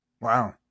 Wow